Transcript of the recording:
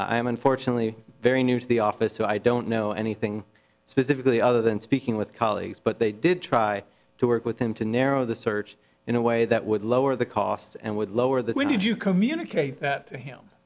am unfortunately very new to the office so i don't know anything specifically other than speaking with colleagues but they did try to work with him to narrow the search in a way that would lower the cost and would lower the when did you communicate that to him